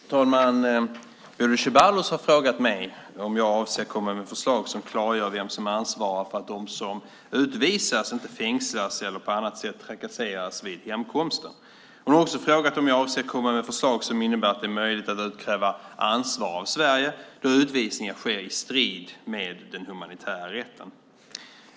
Fru talman! Bodil Ceballos har frågat mig om jag avser att komma med förslag som klargör vem som ansvarar för att de som utvisas inte fängslas eller på annat sätt trakasseras vid hemkomsten. Hon har också frågat om jag avser att komma med förslag som innebär att det är möjligt att utkräva ansvar av Sverige då utvisningar sker i strid med den humanitära rätten.